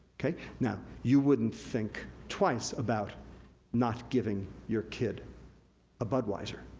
now, you wouldn't think twice about not giving your kid a budweiser.